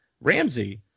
Ramsey